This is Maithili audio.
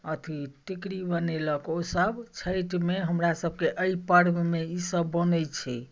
अथी टिकरी बनेलक ओसभ छठिमे हमरासभके एहि पर्वमे ईसभ बनैत छै